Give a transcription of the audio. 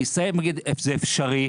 אני אסיים ואגיד שזה אפשרי,